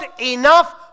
enough